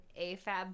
AFAB